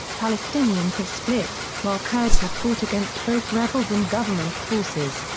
palestinians have split, while kurds have fought against both rebels and government forces.